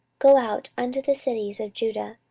go out unto the cities of judah,